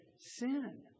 Sin